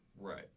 Right